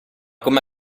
come